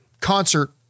concert